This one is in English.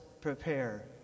prepare